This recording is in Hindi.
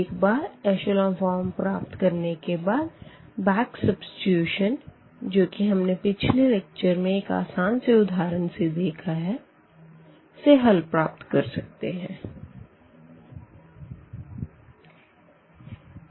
एक बार एशलों फ़ॉर्म प्राप्त करने के बाद बैक सब्सीट्यूशन जो कि हमने पिछले लेक्चर में एक आसान से उदाहरण से देखा है से हल प्राप्त कर सकते है